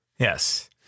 Yes